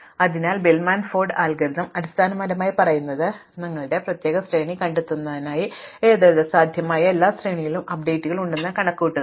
അതിനാൽ Bellman Ford algorithm അടിസ്ഥാനപരമായി പറയുന്നത് നിങ്ങളുടെ പ്രത്യേക ശ്രേണി കണ്ടെത്തുന്നതിനായി എഴുതരുത് സാധ്യമായ എല്ലാ ശ്രേണിയിലും അപ്ഡേറ്റുകൾ ഉണ്ടെന്ന് കണക്കുകൂട്ടുക